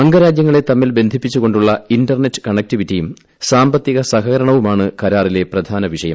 അംഗരാജ്യങ്ങളെ തമ്മിൽ ബന്ധിഖപ്പിച്ചു കൊ ുള്ള ഇന്റർനെറ്റ് കണക്റ്റിവിറ്റിയും സാമ്പത്തിക സഹകരണവുമാണ് കരാറിലെ പ്രധാന വിഷയം